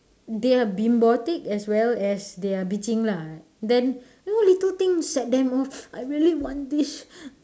they are bimbotic as well as they are bitching lah then you know little things set them off I really want this